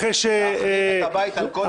אחרי ש- -- להחריב את הבית על כל יושביו,